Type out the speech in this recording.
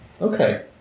Okay